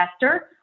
investor